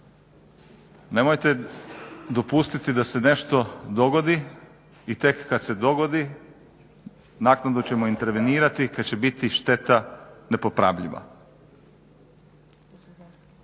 nemojte dopustiti da se nešto dogodi i tek kada se dogodi naknadno ćemo intervenirati kada će biti šteta nepopravljiva.